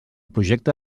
projecte